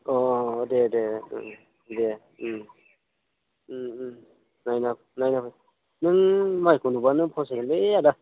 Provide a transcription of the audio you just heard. अ अ अ दे दे दे नायना नों माइखो नुब्लानो फसायगोनलै आदा